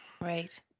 Right